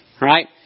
right